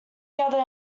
gather